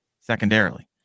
secondarily